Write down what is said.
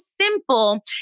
simple